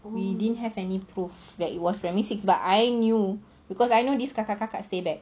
we didn't have any proof that it was primary six but I knew because I know this kakak-kakak stay back